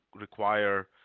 require